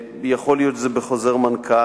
יכול להיות שזה צריך להיות בחוזר מנכ"ל,